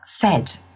fed